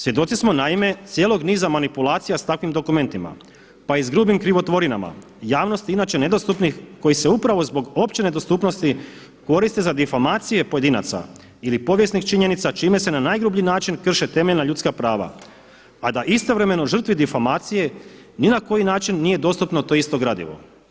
Svjedoci smo naime cijelog niza manipulacija s takvim dokumentima pa i s grubim krivotvorinama, javnosti inače nedostupnih koji se upravo zbog opće nedostupnosti koriste za difamacije pojedinaca ili povijesnih činjenica čime se na najgrublji način krše temeljna ljudska prava, a da istovremeno žrtvi difamacije ni na koji način nije dostupno to isto gradivo.